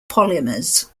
polymers